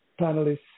panelists